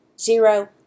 zero